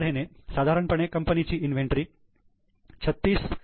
अशा तऱ्हेने साधारणपणे कंपनीची इन्व्हेंटरी 36